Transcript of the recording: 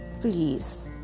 Please